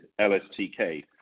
LSTK